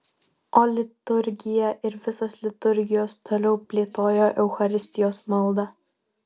o liturgija ir visos liturgijos toliau plėtojo eucharistijos maldą